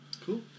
Cool